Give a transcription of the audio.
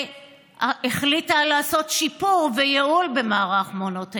שהחליטה לעשות שיפור וייעול במערך מעונות היום.